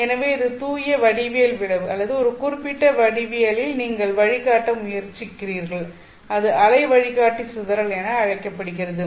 எனவே இது தூய வடிவியல் விளைவு அல்லது ஒரு குறிப்பிட்ட வடிவவியலில் நீங்கள் வழிகாட்ட முயற்சிக்கிறீர்கள் அது அலை வழிகாட்டி சிதறல் என அழைக்கப்படுகிறது